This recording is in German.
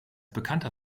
bekannter